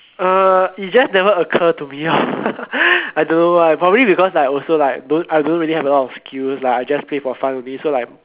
uh it just never occurred to me lor I don't know why probably because like also like I don't really have a lot of skills like I just play for fun only so like